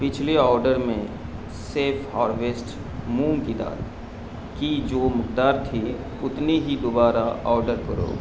پچھلے آرڈر میں Safe Harvest مونگ کی دال کی جو مقدار تھی اتنی ہی دوبارہ آرڈر کرو